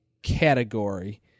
Category